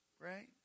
right